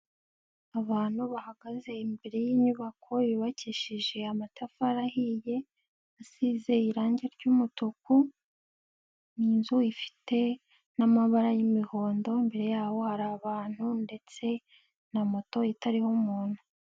Abantu bahagaze imbere y'inyubako yubakishije amatafari ahiye asize irangi ry'umutuku, ni inzu ifite n'amabara y'imihondo imbere y'aho hari abantu ndetse na moto itariho umuntu.